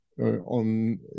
on